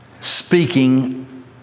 speaking